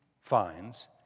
finds